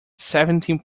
seventeen